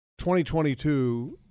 2022